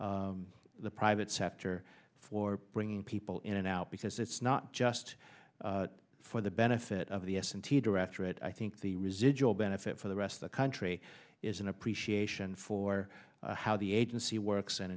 the private sector for bringing people in and out because it's not just for the benefit of the s and t directorate i think the residual benefit for the rest of the country is an appreciation for how the agency works and